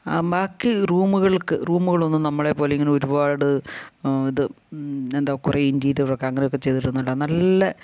ബാക്കി റൂമുകൾക്ക് റൂമുകളൊന്നും നമ്മളെ പോലെ ഇങ്ങനെ ഒരുപാട് ഇത് എന്താ കുറേ ഇൻറ്റീരിയർ ഒക്കെ അങ്ങനെ ഒക്കെ ചെയ്തിട്ടൊന്നും അല്ല നല്ല